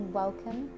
welcome